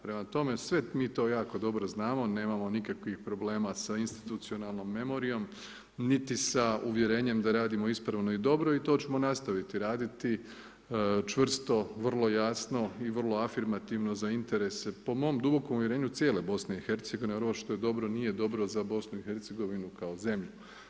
Prema tome, sve mi to jako dobro znamo nemamo nikakvih problema sa institucionalnom memorijom, niti sa uvjerenjem da radimo ispravo i dobro i to ćemo nastaviti raditi, čvrsto, vrlo jasno i vrlo afirmativno, za interese, po mom dubokom uvjerenju cijele BIH, ono što je dobro nije dobro za BIH kao zemlju.